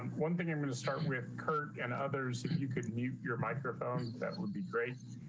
um one thing i'm going to start with kirk and others if you could mute your microphone, that would be great.